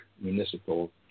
municipal